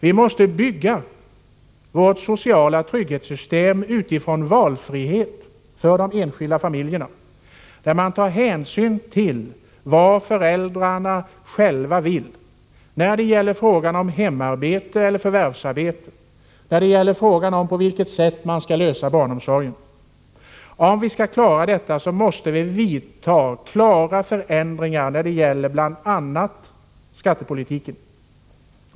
Vi måste bygga upp sociala trygghetssystem utifrån målet om valfrihet för de enskilda familjerna, där man tar hänsyn till vad föräldrarna själva vill när det gäller frågan om hemarbete eller förvärvsarbete och när det gäller frågan om på vilket sätt man skall lösa barnomsorgen. Om vi skall klara detta måste vi vidta reella förändringar när det gäller bl.a. skattepolitiken.